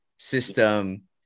system